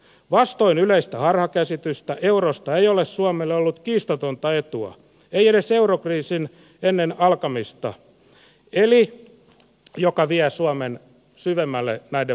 vastoin yleistä harhakäsitystä eurosta ei ole suomelle ollut kiistatonta etua ei edes ennen eurokriisiä joka vie suomen syvemmälle näiden vastuiden rahoittamiseen